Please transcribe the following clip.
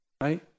right